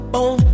on